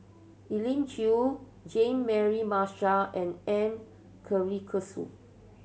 Elim Chew Jean Mary Marshall and M Karthigesu